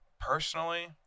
Personally